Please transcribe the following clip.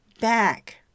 back